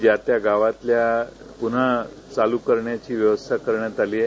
ज्या त्या गावातील बोटी चालू करण्याची व्यवस्था करण्यात आली आहे